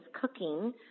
cooking